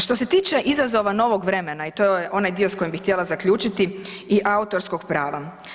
Što se tiče izazova novog vremena i to je onaj dio s kojim bi htjela zaključiti i autorskog prava.